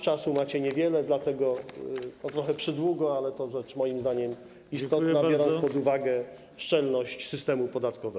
Czasu macie niewiele, dlatego może trochę przydługo, ale to rzecz moim zdaniem istotna, biorąc pod uwagę szczelność systemu podatkowego.